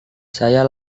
saya